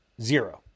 Zero